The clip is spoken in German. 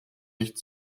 nicht